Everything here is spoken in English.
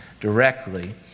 directly